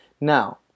Now